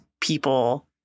people